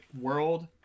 world